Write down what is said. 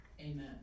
Amen